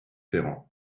ferrand